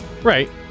Right